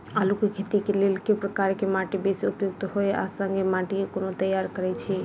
आलु केँ खेती केँ लेल केँ प्रकार केँ माटि बेसी उपयुक्त होइत आ संगे माटि केँ कोना तैयार करऽ छी?